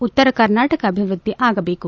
ಉತ್ತರ ಕರ್ನಾಟಕದ ಅಭಿವೃದ್ಧಿ ಆಗಬೇಕು